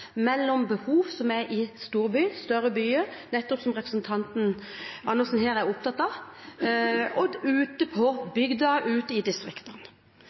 mellom de behovene som er i større byer, som representanten Andersen her er opptatt av, og de som er ute på bygda, ute i distriktene.